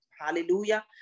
hallelujah